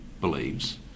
believes